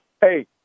hey